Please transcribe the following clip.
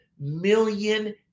million